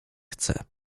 chce